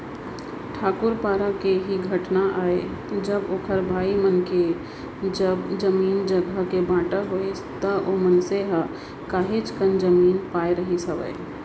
ठाकूर पारा के ही घटना आय जब ओखर भाई मन के जब जमीन जघा के बाँटा होइस त ओ मनसे ह काहेच कन जमीन पाय रहिस हावय